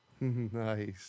Nice